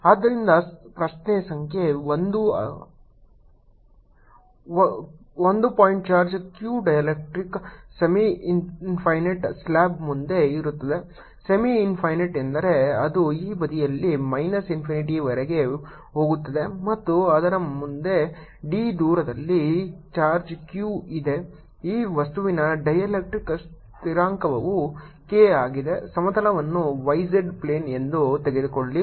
ಆದ್ದರಿಂದ ಪ್ರಶ್ನೆ ಸಂಖ್ಯೆ 1 ಒಂದು point charge q dielectrics semi infinite ಸ್ಲ್ಯಾಬ್ನ ಮುಂದೆ ಇರುತ್ತದೆ ಸೆಮಿ ಇನ್ಫೈನೈಟ್ ಎಂದರೆ ಅದು ಈ ಬದಿಯಲ್ಲಿ ಮೈನಸ್ ಇನ್ಫಿನಿಟಿವರೆಗೆ ಹೋಗುತ್ತದೆ ಮತ್ತು ಅದರ ಮುಂದೆ d ದೂರದಲ್ಲಿ ಚಾರ್ಜ್ q ಇದೆ ಈ ವಸ್ತುವಿನ ಡೈಎಲೆಕ್ಟ್ರಿಕ್ಸ್ ಸ್ಥಿರಾಂಕವು k ಆಗಿದೆ ಸಮತಲವನ್ನು y z ಪ್ಲೇನ್ ಎಂದು ತೆಗೆದುಕೊಳ್ಳಿ